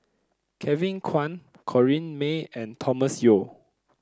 Kevin Kwan Corrinne May and Thomas Yeo